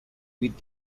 with